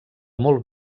molt